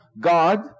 God